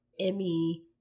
Emmy